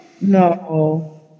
No